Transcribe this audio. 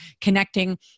connecting